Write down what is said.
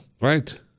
right